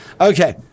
Okay